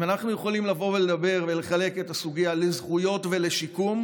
אם אנחנו יכולים לבוא ולדבר ולחלק את הסוגיה לזכויות ולשיקום,